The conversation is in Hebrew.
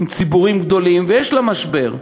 עם ציבורים גדולים, ויש אצלה משבר.